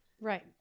Right